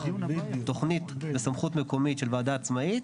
תוכנית בסמכות מקומית של ועדה עצמאית,